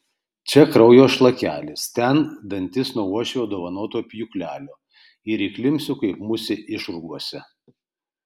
čia kraujo šlakelis ten dantis nuo uošvio dovanoto pjūklelio ir įklimpsiu kaip musė išrūgose